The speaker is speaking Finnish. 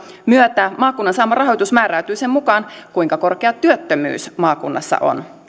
myötä maakunnan saama rahoitus määräytyy sen mukaan kuinka korkea työttömyys maakunnassa on